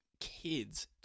kids